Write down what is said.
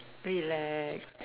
relax